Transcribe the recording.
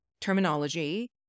terminology